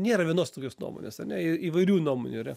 nėra vienos tokios nuomonės ane į įvairių nuomonių yra